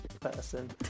person